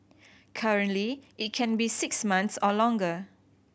currently it can be six months or longer